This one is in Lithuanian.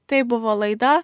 tai buvo laida